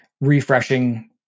refreshing